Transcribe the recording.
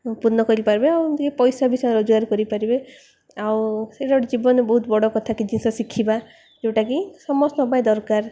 ପୂର୍ଣ୍ଣ କରିପାରିବେ ଆଉ ଟିକେ ପଇସା ବି ସେ ରୋଜଗାର କରିପାରିବେ ଆଉ ସେଇଟା ଗୋଟେ ଜୀବନରେ ବହୁତ ବଡ଼ କଥା କି ଜିନିଷ ଶିଖିବା ଯେଉଁଟାକି ସମସ୍ତଙ୍କ ପାଇଁ ଦରକାର